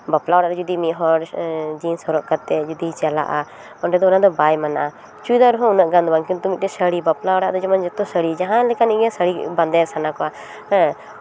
ᱵᱟᱯᱞᱟ ᱚᱲᱟᱜ ᱨᱮ ᱡᱩᱫᱤ ᱢᱤᱫ ᱦᱚᱲ ᱡᱤᱱᱥ ᱦᱚᱨᱚᱜ ᱠᱟᱛᱮᱜ ᱡᱩᱫᱤᱭ ᱪᱟᱞᱟᱜᱼᱟ ᱚᱰᱮ ᱫᱚ ᱚᱱᱟ ᱫᱚ ᱵᱟᱭ ᱢᱟᱱᱟᱜᱼᱟ ᱪᱩᱲᱤᱫᱟᱨ ᱦᱚᱸ ᱩᱱᱟᱹᱜ ᱜᱟᱱ ᱫᱚ ᱵᱟᱝ ᱠᱤᱱᱛᱩ ᱢᱤᱫᱴᱮᱡ ᱥᱟᱹᱲᱤ ᱵᱟᱯᱞᱟ ᱚᱲᱟᱜ ᱨᱮᱱᱟᱜ ᱫᱚ ᱡᱮᱢᱚᱱ ᱡᱚᱛᱚ ᱥᱟᱹᱲᱤ ᱡᱟᱦᱟᱸ ᱞᱮᱠᱟᱱᱤᱡ ᱜᱮ ᱥᱟᱹᱲᱤ ᱵᱟᱸᱫᱮ ᱥᱟᱱᱟ ᱠᱚᱣᱟ ᱦᱮᱸ